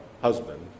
husband